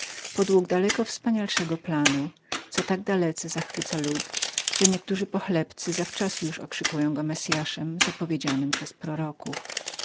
podług daleko wspanialszego planu co tak dalece zachwyciło lud że niektórzy pochlebcy zawczasu już okrzykiwali go messyaszem zapowiedzianym przez proroków